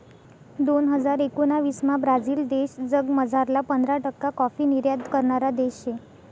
दोन हजार एकोणाविसमा ब्राझील देश जगमझारला पंधरा टक्का काॅफी निर्यात करणारा देश शे